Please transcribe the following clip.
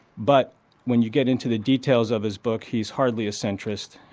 but when you get into the details of his book he's hardly a centrist.